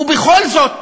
ובכל זאת,